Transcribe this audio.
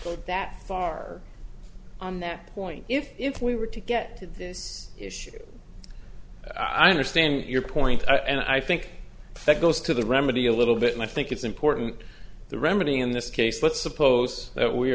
go that far on that point if we were to get to this issue i understand your point and i think that goes to the remedy a little bit and i think it's important the remedy in this case but suppose that we